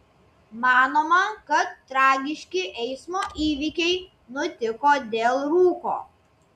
manoma kad tragiški eismo įvykiai nutiko dėl rūko